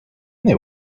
there